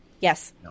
yes